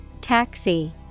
Taxi